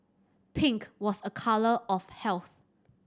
pink was a colour of health